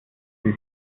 sie